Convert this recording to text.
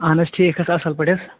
اہَن حظ ٹھیٖک حظ اَصٕل پٲٹھۍ حظ